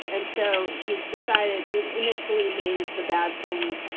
and so he's decided initially named the bad thing.